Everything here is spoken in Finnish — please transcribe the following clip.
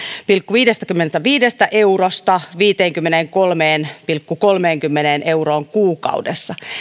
viidestäkymmenestäviidestä eurosta viiteenkymmeneenkolmeen pilkku kolmeenkymmeneen euroon kuukaudessa